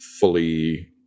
fully